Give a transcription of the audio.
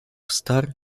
стар